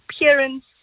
appearance